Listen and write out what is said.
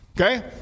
Okay